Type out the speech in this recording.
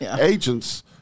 agents